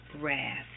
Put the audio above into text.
wrath